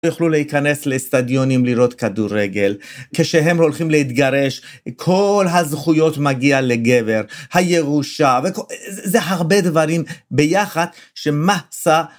יוכלו להיכנס לאצטדיונים לראות כדורגל, כשהם הולכים להתגרש, כל הזכויות מגיע לגבר, הירושה, זה הרבה דברים ביחד שמעשה,